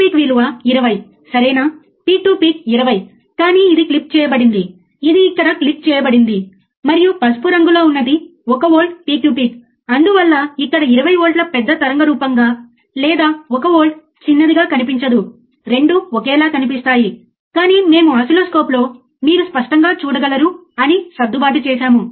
దయచేసి మీరు అలా చేయగలరా అతను ఫ్రీక్వెన్సీ జెనరేటర్ ఉపయోగించి ఫ్రీక్వెన్సీని మార్చబోతున్నప్పుడు మీరు ఇక్కడ ఓసిల్లోస్కోప్ను చూడవచ్చు మరియు వక్రీకరణ సంభవించడం ప్రారంభమవుతుందని మీరు ఇక్కడ చూడవచ్చు